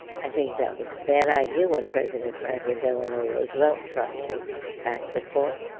i think that was a bad idea when president franklin delano roosevelt tried to pack the court.